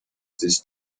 this